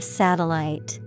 satellite